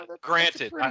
granted